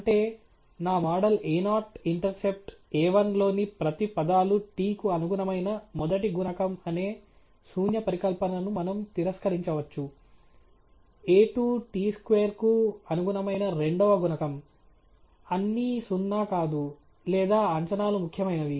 అంటే నా model a0 intercept a1 లోని ప్రతి పదాలు t కు అనుగుణమైన మొదటి గుణకం అనే శూన్య పరికల్పనను మనము తిరస్కరించవచ్చు a2 t స్క్వేర్కు అనుగుణమైన రెండవ గుణకం అన్నీ సున్నా కాదు లేదా అంచనాలు ముఖ్యమైనవి